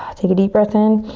take a deep breath in.